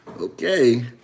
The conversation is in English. Okay